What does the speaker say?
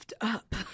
up